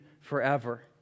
forever